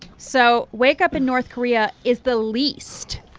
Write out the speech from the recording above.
so wake up in north korea is the least.